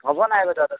হ'ব নাই কথাটো